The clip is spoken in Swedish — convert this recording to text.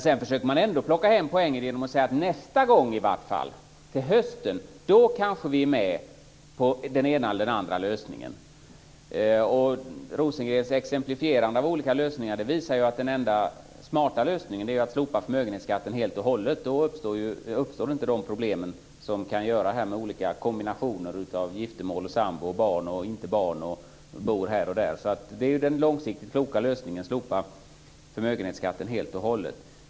Sedan försöker man ändå att plocka hem poänger genom att säga: Nästa gång, i vart fall till hösten, då kanske vi är med på den ena eller andra lösningen. Rosengrens exemplifierande av olika lösningar visar att den enda smarta lösningen vore att slopa förmögenhetsskatten helt och hållet. Då uppstår inte de problem som kan uppstå i samband med olika kombinationer av giftermål, sambor, barn, inte barn, boende här och där. Den långsiktigt kloka lösningen är ju att slopa förmögenhetsskatten helt och hållet.